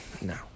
no